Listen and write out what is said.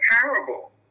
parable